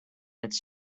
its